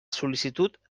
sol·licitud